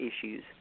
issues